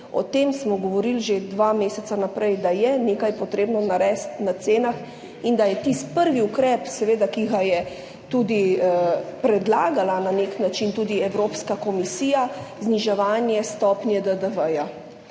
o tem govorili že 2 meseca prej, da je potrebno narediti nekaj na cenah in da je tisti prvi ukrep, ki ga je predlagala na nek način tudi Evropska komisija, zniževanje stopnje DDV.